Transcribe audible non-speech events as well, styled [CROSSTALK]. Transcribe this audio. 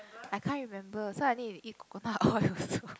I can't remember so I need to eat coconut oil also [BREATH]